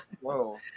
Whoa